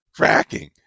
fracking